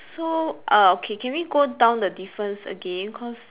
so uh okay can we go down the difference again cause